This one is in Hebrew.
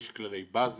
יש כללי באזל,